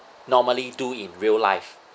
normally do in real life